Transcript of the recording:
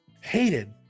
Hated